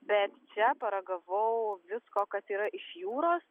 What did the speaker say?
bet čia paragavau visko kas yra iš jūros